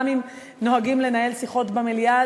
גם אם נוהגים לנהל שיחות במליאה,